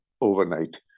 overnight